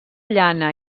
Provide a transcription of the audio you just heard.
llana